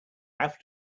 have